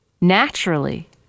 naturally